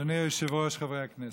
אדוני היושב-ראש, חברי הכנסת,